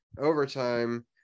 overtime